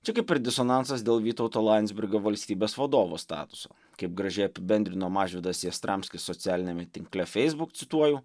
čia kaip ir disonansas dėl vytauto landsbergio valstybės vadovo statuso kaip gražiai apibendrino mažvydas jastramskis socialiniame tinkle facebook cituoju